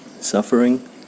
suffering